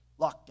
lockdown